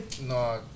No